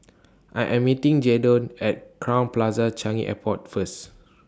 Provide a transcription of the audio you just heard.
I Am meeting Jadon At Crowne Plaza Changi Airport First